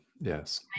Yes